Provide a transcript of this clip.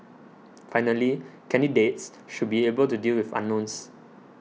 finally candidates should be able to deal with unknowns